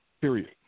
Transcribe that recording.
period